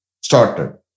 started